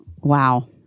Wow